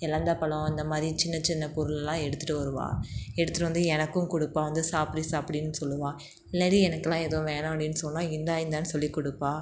இலந்தப்பழம் இந்தமாதிரி சின்னச் சின்ன பொருள்லாம் எடுத்துட்டு வருவாள் எடுத்துகிட்டு வந்து எனக்கும் கொடுப்பா வந்து சாப்பிடு சாப்பிடுடினு சொல்லுவாள் இல்லைடி எனக்கெல்லாம் எதுவும் வேணாம்டினு சொன்னால் இந்தா இந்தான்னு சொல்லி கொடுப்பா